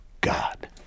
God